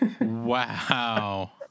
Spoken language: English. wow